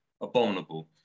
abominable